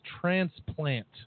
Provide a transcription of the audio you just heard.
transplant